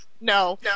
No